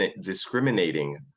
discriminating